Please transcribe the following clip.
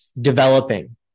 developing